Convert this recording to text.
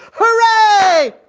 hurray!